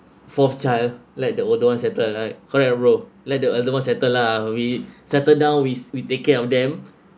fourth child let the older one settle one right correct bro let the older one settle lah we settle down we we take care of them